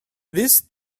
this